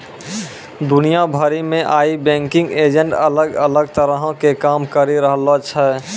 दुनिया भरि मे आइ बैंकिंग एजेंट अलग अलग तरहो के काम करि रहलो छै